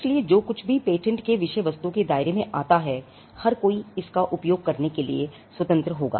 इसलिए जो कुछ भी पेटेंट के विषय वस्तु के दायरे में आता है हर कोई इसका उपयोग करने के लिए स्वतंत्र होगा